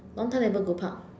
long time never go park